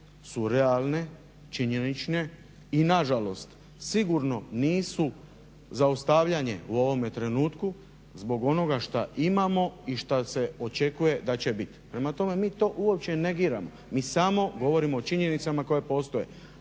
su realne, činjenične i nažalost, sigurno nisu zaustavljanje u ovome trenutku zbog onoga što imamo i što se očekuje da će biti. Prema tome mi to uopće negiramo, mi samo govorimo o činjenicama koje postoje.